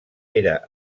era